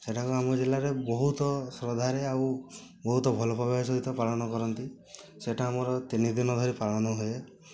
ସେଠାକୁ ଆମ ଜିଲ୍ଲାରେ ବହୁତ ଶ୍ରଦ୍ଧାରେ ଆଉ ବହୁତ ଭଲ ପାଇବା ସହିତ ପାଳନ କରନ୍ତି ସେଇଟା ଆମର ତିନି ଦିନ ଧରି ପାଳନ ହୁଏ